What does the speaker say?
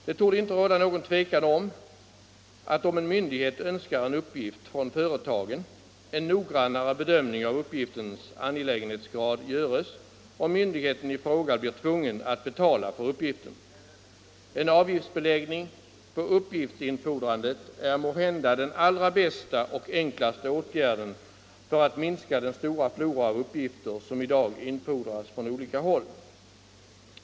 Det torde inte råda något tvivel om, ifall en myndighet önskar en uppgift från företagen, att det görs en noggrannare bedömning av uppgiftens angelägenhetsgrad om myndigheten i fråga blir tvungen att betala för uppgiften. En avgiftsbeläggning på uppgiftsinfordrandet är måhända den allra bästa och enklaste åtgärden för att minska den stora flora av uppgifter som i dag infordras från olika håll.